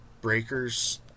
breakers